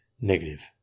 Negative